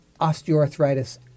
osteoarthritis